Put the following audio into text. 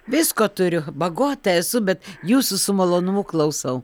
visko turiu bagota esu bet jūsų su malonumu klausau